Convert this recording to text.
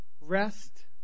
rest